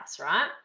right